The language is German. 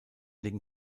den